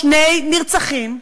שני נרצחים,